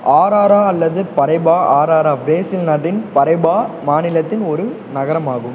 Arara அல்லது Paraiba Arara Brazil நாட்டின் Paraiba மாநிலத்தின் ஒரு நகரம் ஆகும்